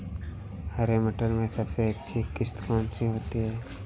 हरे मटर में सबसे अच्छी किश्त कौन सी होती है?